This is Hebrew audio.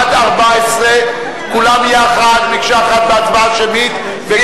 או עד 14, כולן יחד, מקשה אחת, בהצבעה שמית?